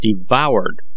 devoured